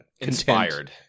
inspired